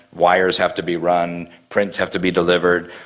wires have to be run, prints have to be delivered.